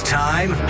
time